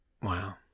Wow